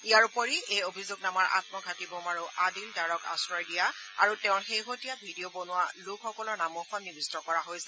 ইয়াৰ উপৰি এই অভিযোগনামাৰ আম্মঘাতী বোমাৰু আদিল ডাৰক আশ্ৰয় দিয়া আৰু তেওঁৰ শেহতীয়া ভিডিঅ' বনোৱা লোকসকলৰ নামো সন্নিৱিষ্ট কৰা হৈছে